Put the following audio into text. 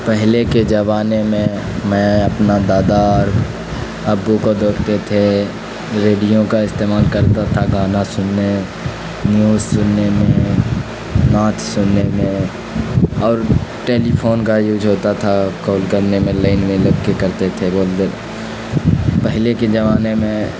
پہلے کے زمانے میں میں اپنا اور دادا ابو کو دیکھتے تھے ریڈیو کا استعمال کرتا تھا گانا سننے نیوز سننے میں نعت سننے میں اور ٹیلیفون کا یوز ہوتا تھا کال کرنے میں لائن میں لگ کے کرتے تھے پہلے کے زمانے میں